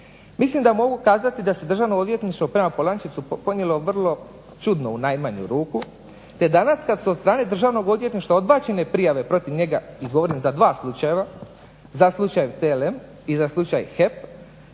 mislim da mogu kazati da se Državno odvjetništvo prema POlančecu ponijelo vrlo čudno u najmanju ruku te danas kada su od strane Državno odvjetništva odbačene prijave protiv njega, govorim za dva slučajeva, za slučaja TLM i za slučaj HEP,